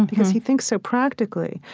because he thinks so practically.